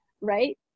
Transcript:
right